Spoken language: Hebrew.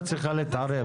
המדינה צריכה להתערב.